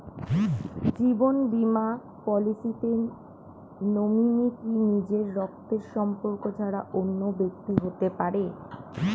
জীবন বীমা পলিসিতে নমিনি কি নিজের রক্তের সম্পর্ক ছাড়া অন্য ব্যক্তি হতে পারে?